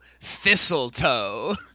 thistletoe